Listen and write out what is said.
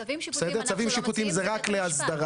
צווים שיפוטיים זה לא אנחנו מוציאים.